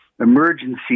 emergency